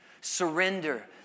surrender